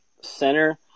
center